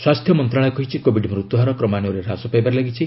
ସ୍ୱାସ୍ଥ୍ୟ ମନ୍ତ୍ରଣାଳୟ କହିଛି କୋବିଡ ମୃତ୍ୟୁହାର କ୍ରମାନ୍ୱୟରେ ହ୍ରାସ ପାଇବାରେ ଲାଗିଛି